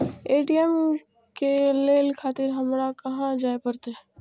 ATM ले खातिर हमरो कहाँ जाए परतें?